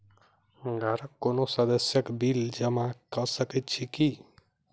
घरक कोनो सदस्यक बिल जमा कऽ सकैत छी की?